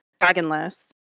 dragonless